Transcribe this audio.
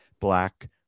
black